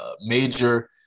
major